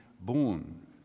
born